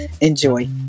Enjoy